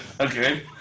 okay